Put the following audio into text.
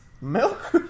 Milk